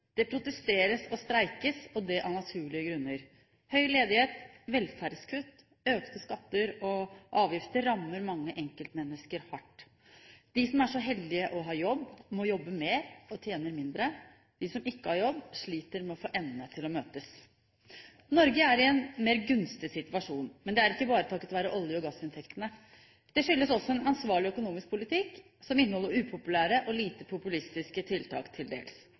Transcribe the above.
Det protesteres og streikes, og det av naturlige grunner. Høy ledighet, velferdskutt og økte skatter og avgifter rammer mange enkeltmennesker hardt. De som er så heldige å ha jobb, må jobbe mer og tjener mindre. De som ikke har jobb, sliter med å få endene til å møtes. Norge er i en mer gunstig situasjon. Men det er ikke bare takket være olje- og gassinntektene. Det skyldes også en ansvarlig økonomisk politikk som inneholder til dels upopulære og lite populistiske tiltak.